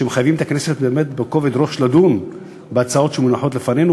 מחייבות את הכנסת באמת לדון בכובד ראש בהצעות שמונחות לפנינו,